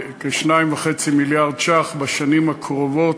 בכ-2.5 מיליארד ש"ח בשנים הקרובות.